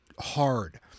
hard